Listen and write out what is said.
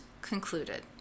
concluded